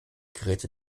gerät